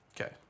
Okay